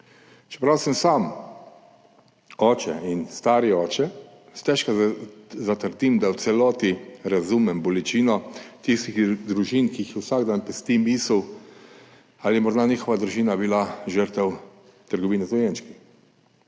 Čeprav sem sam oče in stari oče, stežka zatrdim, da v celoti razumem bolečino tistih družin, ki jih vsak dan pesti misel, ali je bila morda njihova družina žrtev trgovine z dojenčki.